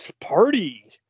party